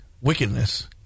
wickedness